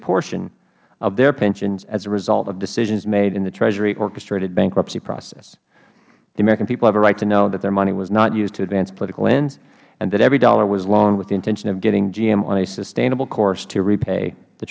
portion of their pensions as a result of decisions made in the treasuryorchestrated bankruptcy process the american people have the right to know that their money was not used to advance political ends and that every dollar was loaned with the intention of getting gm on a sustainable course to repay the